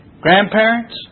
Grandparents